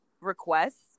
requests